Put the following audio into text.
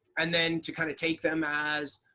and then to kind of take them as